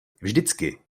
vždycky